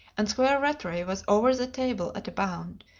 and squire rattray was over the table at a bound,